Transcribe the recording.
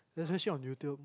censorship on YouTube